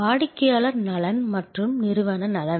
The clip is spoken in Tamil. வாடிக்கையாளர் நலன் மற்றும் நிறுவன நலன்